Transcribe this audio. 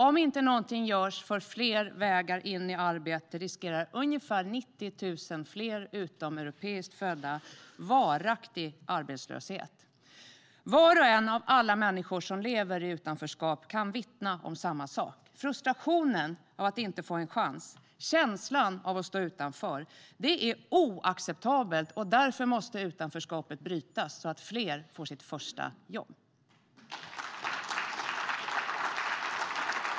Om inte något görs för fler vägar in i arbete riskerar ungefär 90 000 fler utomeuropeiskt födda varaktig arbetslöshet. Var och en av alla de människor som lever i utanförskap kan vittna om samma sak: frustrationen över att inte få en chans och känslan av att stå utanför. Det är oacceptabelt, och därför måste utanförskapet brytas så att fler får sitt första jobb.